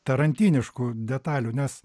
tarantiniškų detalių nes